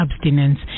abstinence